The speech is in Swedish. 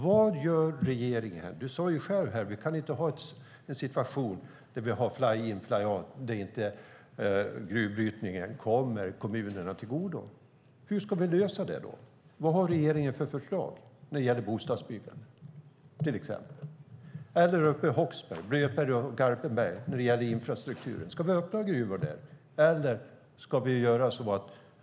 Vad gör regeringen? Du sade själv att vi inte kan ha en situation där vi har fly-in/fly-out, där gruvbrytningen inte kommer kommunerna till godo. Hur ska vi lösa det? Vad har regeringen för förslag när det gäller till exempel bostadsbyggande? Eller vad har man för förslag när det gäller infrastrukturen uppe i Håksberg, Blötberget och Garpenberg? Ska vi öppna gruvor där?